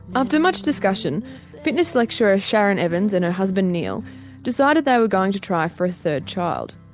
after much discussion fitness lecturer sharon evans and her husband neil decided they were going to try for a third child.